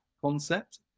concept